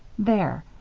there!